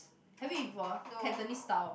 have you eat before Cantonese style